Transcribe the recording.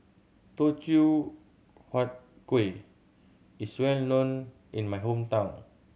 Teochew Huat Kueh is well known in my hometown